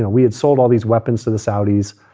ah we had sold all these weapons to the saudis,